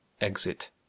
EXIT